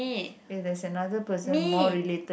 eh there's another person more related